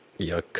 Yuck